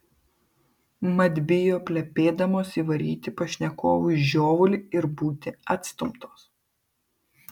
mat bijo plepėdamos įvaryti pašnekovui žiovulį ir būti atstumtos